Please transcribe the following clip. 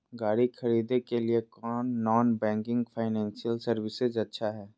गाड़ी खरीदे के लिए कौन नॉन बैंकिंग फाइनेंशियल सर्विसेज अच्छा है?